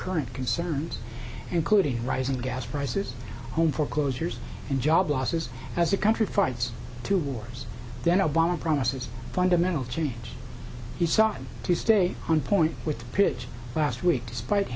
current concerns including rising gas prices home foreclosures and job losses as a country fights two wars then obama promises fundamental change he sought to stay on point with the pitch last week despite